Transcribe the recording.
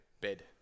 bed